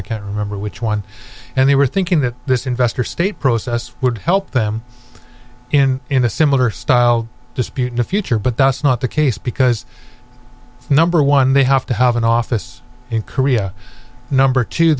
i can't remember which one and they were thinking that this investor state would help them in a similar style dispute the future but that's not the case because number one they have to have an office in korea number two